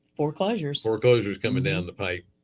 foreclosures. foreclosures coming down the pipe